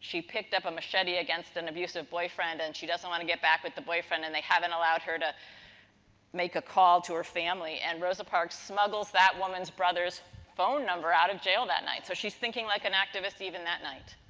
she picked up a machete to an abusive boyfriend and she doesn't want to get back with the boyfriend. and, they haven't allowed her to make a call to her family. and, rosa parks smuggles that woman's brother's phone number out of jail that night. so she's thinking like an activist even that night.